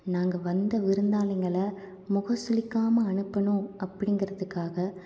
நாங்கள் வந்த விருந்தாளிங்களை முகம் சுளிக்காமல் அனுப்பணும் அப்படிங்கறத்துக்காக